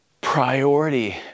priority